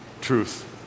Truth